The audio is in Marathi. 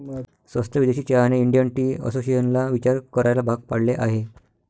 स्वस्त विदेशी चहाने इंडियन टी असोसिएशनला विचार करायला भाग पाडले आहे